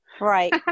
Right